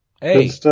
hey